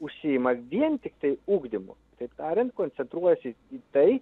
užsiima vien tiktai ugdymu taip tariant koncentruojasi į tai